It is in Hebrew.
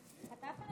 היושבת-ראש,